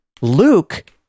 Luke